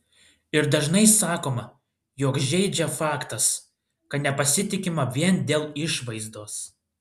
ir dažnai sakoma jog žeidžia faktas kad nepasitikima vien dėl išvaizdos